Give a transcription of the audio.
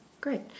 great